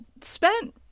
spent